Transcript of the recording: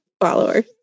followers